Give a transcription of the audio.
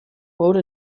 wrote